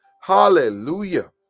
Hallelujah